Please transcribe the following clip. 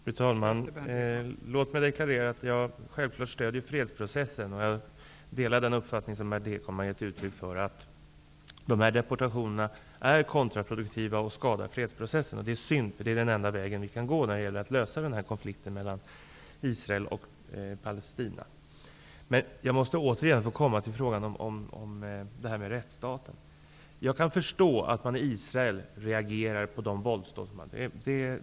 Fru talman! Låt mig deklarera att jag självfallet stöder fredsprocessen. Jag delar den uppfattning som Berndt Ekholm har gett uttryck för, att deportationerna är kontraproduktiva och att de skadar fredsprocessen. Det är synd, eftersom det är den enda vägen när det gäller att lösa konflikten mellan Israel och Palestina. Jag vill återkomma till frågan om det här med rättsstaten. Jag kan förstå att man i Israel reagerar för alla våldsdåd.